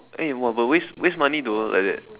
eh !wah! but waste waste money though like that